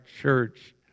church